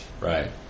Right